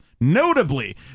notably